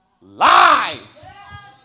lives